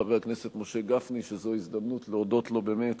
חבר הכנסת משה גפני, שזו הזדמנות להודות לו באמת